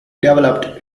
developed